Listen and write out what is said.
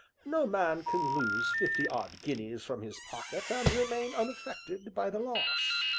no man can lose fifty-odd guineas from his pocket and remain unaffected by the loss.